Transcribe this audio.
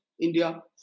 India